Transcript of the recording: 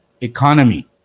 economy